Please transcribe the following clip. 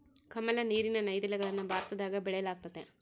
ಕಮಲ, ನೀರಿನ ನೈದಿಲೆಗಳನ್ನ ಭಾರತದಗ ಬೆಳೆಯಲ್ಗತತೆ